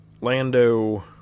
Lando